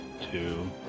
Two